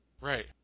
Right